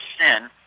sin